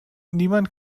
niemand